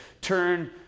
turn